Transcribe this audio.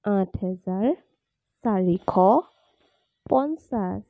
আঠ হেজাৰ চাৰিশ পঞ্চাছ